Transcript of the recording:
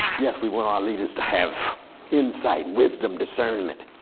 yes, we want our leaders to have insight, wisdom, discernment.